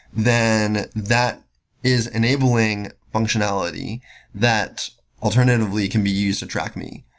then that is enabling functionality that alternatively can be used to track me.